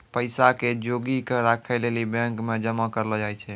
पैसा के जोगी क राखै लेली बैंक मे जमा करलो जाय छै